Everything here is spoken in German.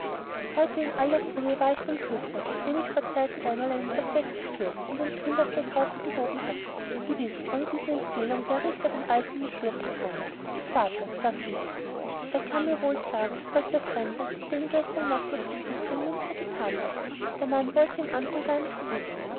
fortfahren heute in aller früh war ich beim küster dem ich vorzeiten einmal einen prozeß geführt und ein kind aus der taufe gehoben hatte gewiß ohne diese empfehlung wäre ich bei dem alten nicht durchgedrungen gevatter sagte ich zu ihm er kann mir wohl sagen was der fremde der ihn gestern nacht noch besuchte im münster getan hat der mann wollte im anfang von gar nichts wissen